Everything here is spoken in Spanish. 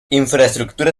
infraestructura